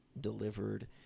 delivered